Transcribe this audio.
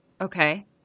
Okay